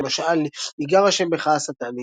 למשל "יגער ה' בך השטן,